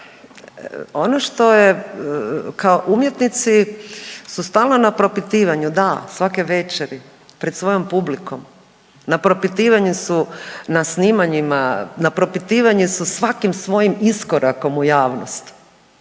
ono što je kao umjetnici su stalno na propitivanju da svake večeri pred svojom publikom, na propitivanju su na snimanjima, na propitivanju su svakim svojim iskorakom u javnost.